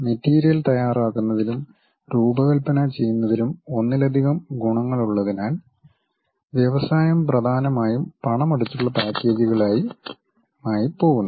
material തയ്യാറാക്കുന്നതിലും രൂപകൽപ്പന ചെയ്യുന്നതിലും ഒന്നിലധികം ഗുണങ്ങളുള്ളതിനാൽ വ്യവസായം പ്രധാനമായും പണമടച്ചുള്ള പാക്കേജുകളുമായി പോകുന്നു